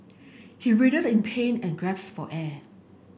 he writhed in pain and gasped for air